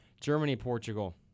Germany-Portugal